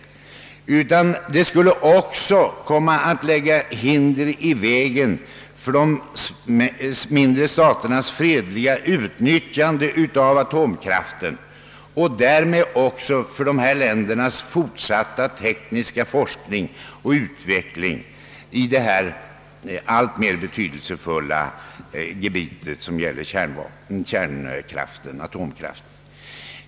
Dessutom skulle det hindra de mindre staternas fredliga utnyttjande av atomkraften och därmed även försvåra dessa länders fortsatta tekniska forskning och utveckling på det alltmer betydelsefulla område som atomkraften utgör.